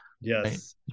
Yes